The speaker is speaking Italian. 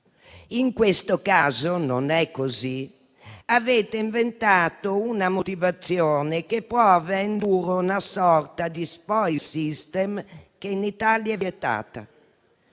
in questo caso non è così: avete inventato una motivazione che prova a indurre una sorta di *spoils system* che in Italia è vietato.